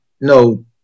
no